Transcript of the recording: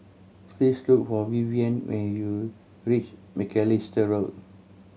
please look for Vivian when you reach Macalister Road